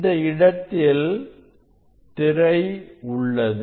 இந்த இடத்தில் திரை உள்ளது